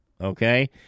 okay